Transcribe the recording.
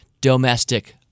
domestic